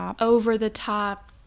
over-the-top